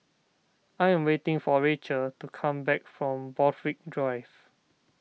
I am waiting for Racheal to come back from Borthwick Drive